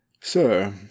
Sir